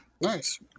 Nice